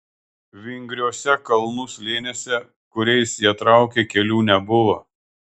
vingriuose kalnų slėniuose kuriais jie traukė kelių nebuvo